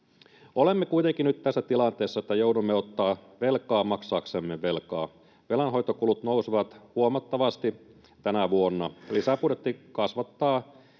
Olemme kuitenkin nyt tässä tilanteessa, että joudumme ottamaan velkaa maksaaksemme velkaa. Velanhoitokulut nousevat huomattavasti tänä vuonna. Lisäbudjetti kasvattaa